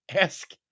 ask